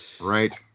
Right